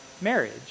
marriage